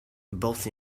both